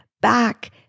back